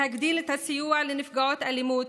להגדיל את הסיוע לנפגעות אלימות,